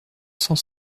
cent